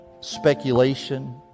speculation